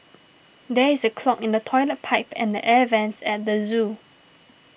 there is a clog in the Toilet Pipe and the Air Vents at the zoo